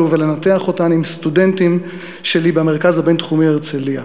ולנתח אותן עם סטודנטים שלי במרכז הבין-תחומי בהרצלייה,